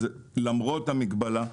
אז למרות המגבלה,